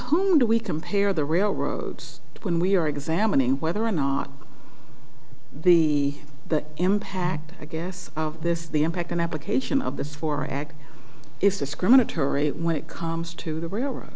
whom do we compare the railroads when we are examining whether or not the impact i guess this is the impact on application of this for ag is discriminatory when it comes to the railroad